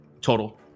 Total